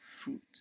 fruit